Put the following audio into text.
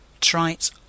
Trite